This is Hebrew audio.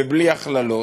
ובלי הכללות,